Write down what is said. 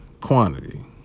quantity